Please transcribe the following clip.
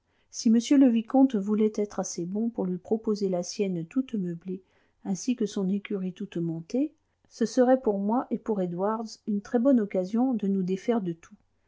si monsieur le vicomte voulait être assez bon pour lui proposer la sienne toute meublée ainsi que son écurie toute montée ce serait pour moi et pour edwards une très-bonne occasion de nous défaire de tout